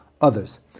others